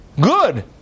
good